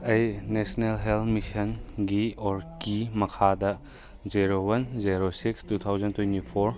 ꯑꯩ national health ꯃꯤꯁꯟꯒꯤ ꯑꯣꯔ ꯀꯤ ꯃꯈꯥꯗ zero one zero six two thousand twenty four